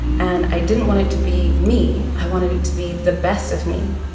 and i didn't want it to be me. i wanted it to be the best of me